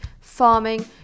farming